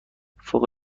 فوق